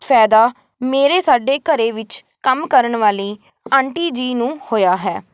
ਫਾਇਦਾ ਮੇਰੇ ਸਾਡੇ ਘਰ ਵਿੱਚ ਕੰਮ ਕਰਨ ਵਾਲੀ ਆਂਟੀ ਜੀ ਨੂੰ ਹੋਇਆ ਹੈ